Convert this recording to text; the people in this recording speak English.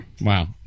Wow